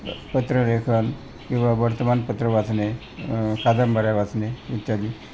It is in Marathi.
पत्रलेखन किंवा वर्तमानपत्र वाचणे कादंबऱ्या वाचणे इत्यादी